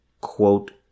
quote